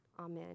Amen